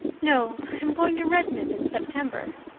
no. i'm going to redmond in september.